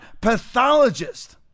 pathologist